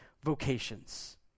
vocations